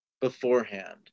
beforehand